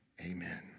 Amen